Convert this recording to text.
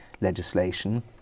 legislation